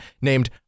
named